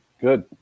Good